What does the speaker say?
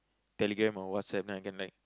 Telegram or WhatsApp then I can like